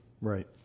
Right